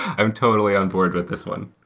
i'm totally onboard with this one.